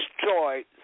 destroy